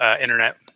Internet